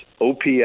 OPS